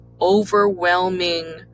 overwhelming